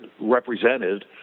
represented